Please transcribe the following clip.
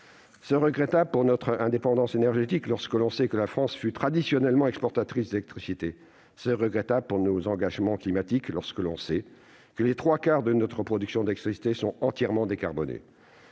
C'est regrettable pour notre indépendance énergétique, lorsqu'on sait que la France fut traditionnellement exportatrice d'électricité. C'est regrettable pour nos engagements climatiques, lorsqu'on sait que les trois quarts de notre production d'électricité sont entièrement décarbonés.